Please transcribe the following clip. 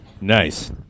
Nice